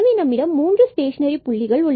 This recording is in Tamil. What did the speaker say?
எனவே நம்மிடம் மூன்று ஸ்டேஷனரி புள்ளிகள்